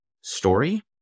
story